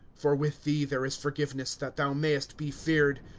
for with thee there is forgiveness, that thou mayest be feared.